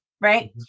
right